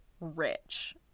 rich